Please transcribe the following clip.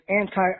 anti